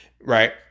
right